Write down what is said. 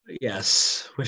Yes